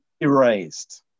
erased